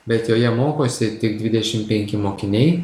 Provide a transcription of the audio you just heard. bet joje mokosi tik dvidešim penki mokiniai